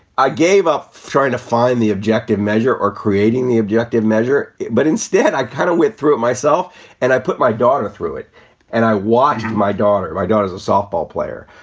i gave up trying to find the objective measure or creating the objective measure. but instead i kind of went through it myself and i put my daughter through it and i watched my daughter my daughter is a softball player.